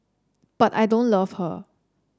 but I don't love her